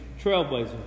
trailblazer